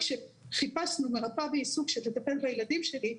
כשחיפשנו מרפא בעיסוק שתטפל בילדים שלי,